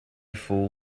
fool